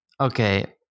Okay